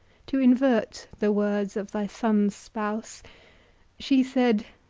to invert the words of thy son's spouse she said,